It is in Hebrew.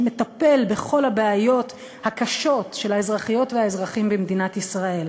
שמטפל בכל הבעיות הקשות של האזרחיות והאזרחים במדינת ישראל.